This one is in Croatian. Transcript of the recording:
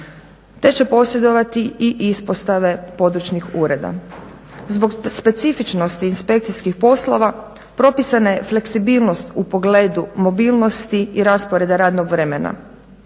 te će posjedovati i ispostave područnih ureda. Zbog specifičnosti inspekcijski poslova propisana je fleksibilnost u pogledu mobilnosti i rasporeda radnog vremena.